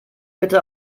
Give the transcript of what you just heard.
bitte